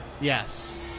Yes